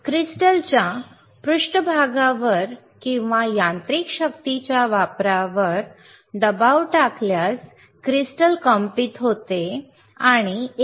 क्रिस्टलच्या पृष्ठभागावर किंवा यांत्रिक शक्तीच्या वापरावर दबाव टाकल्यास क्रिस्टल कंपित होते आणि A